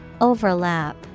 Overlap